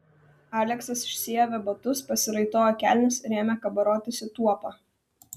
aleksas išsiavė batus pasiraitojo kelnes ir ėmė kabarotis į tuopą